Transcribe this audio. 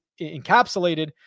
encapsulated